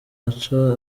aca